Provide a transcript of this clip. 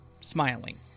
smiling